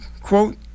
quote